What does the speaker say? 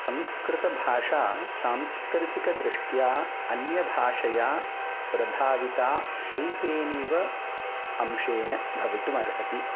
संस्कृतभाषा सांस्कृतिकदृष्ट्या अन्यभाषया प्रभाविता अल्पेनेव अंशेन भवितुमर्हति